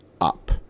up